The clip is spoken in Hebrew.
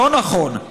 "לא נכון.